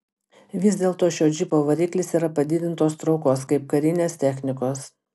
vis dėlto šio džipo variklis yra padidintos traukos kaip karinės technikos